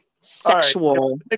sexual